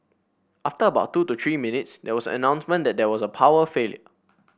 after about two to three minutes there was an announcement that there was a power failure